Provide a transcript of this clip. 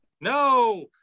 No